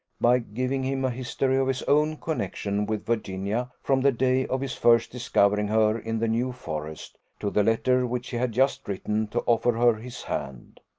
by giving him a history of his own connexion with virginia, from the day of his first discovering her in the new forest, to the letter which he had just written, to offer her his hand.